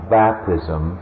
baptism